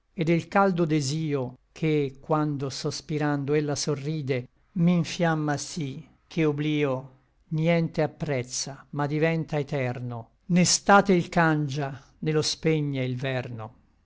et del caldo desio che quando sospirando ella sorride m'infiamma sí che oblio nïente aprezza ma diventa eterno né state il cangia né lo spegne il verno